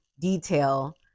detail